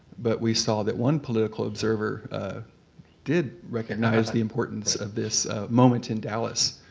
but we saw that one political observer did recognize the importance of this moment in dallas.